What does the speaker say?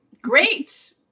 great